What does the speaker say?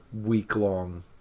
week-long